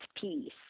peace